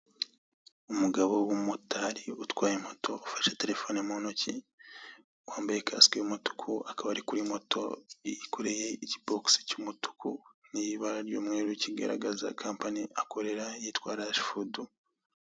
Umugabo w'umumotari utwaye moto, ufashe telefone mu ntoki, wambaye kasike y'umutuku, akaba ari kuri moto, yikoreye ikibokisi cy'umutuku n'ibara ry'umweru, kigaragaza kampani akorera, yitwa rashi fudu.